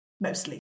mostly